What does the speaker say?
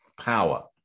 power